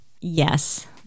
Yes